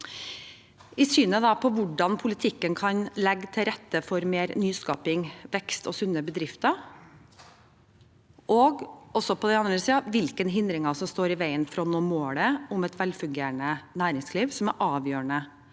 i synet på hvordan politikken kan legge til rette for mer nyskaping, vekst og sunne bedrifter, og på den andre siden i hvilke hindringer som står i veien for å nå målet om et velfungerende næringsliv, som er avgjørende